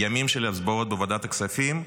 ימים של הצבעות בוועדת הכספים,